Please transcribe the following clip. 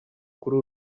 kuri